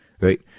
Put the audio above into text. right